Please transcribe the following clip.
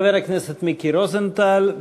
חבר הכנסת מיקי רוזנטל,